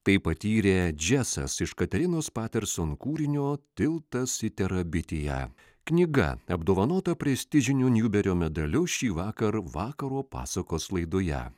tai patyrė džesas iš katerinos paterson kūrinio tiltas į terabitiją knyga apdovanota prestižiniu niuberio medaliu šįvakar vakaro pasakos laidoje